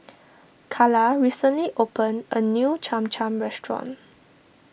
Calla recently opened a new Cham Cham restaurant